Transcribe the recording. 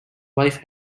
wife